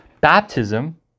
Baptism